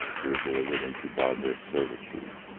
who were delivered into barbarous servitude,